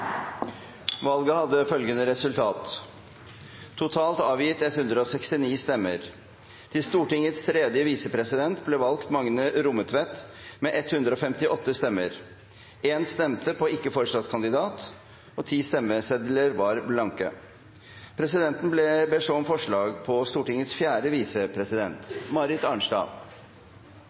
Valget hadde dette resultatet: Det ble avgitt totalt 169 stemmer. Til Stortingets tredje visepresident ble valgt Magne Rommetveit med 158 stemmer. For en ikke foreslått kandidat ble det avgitt 1 stemme. 10 stemmesedler var blanke. Presidenten ber så om forslag på Stortingets fjerde visepresident